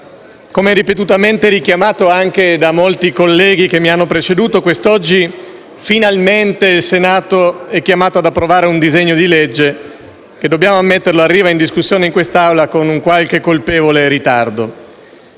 come ripetutamente richiamato anche da molti colleghi che mi hanno preceduto, quest'oggi finalmente il Senato è chiamato ad approvare un disegno di legge che - dobbiamo ammetterlo - arriva all'esame di questa Assemblea con qualche colpevole ritardo.